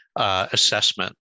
Assessment